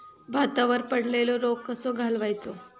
भातावर पडलेलो रोग कसो घालवायचो?